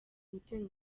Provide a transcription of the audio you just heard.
gutera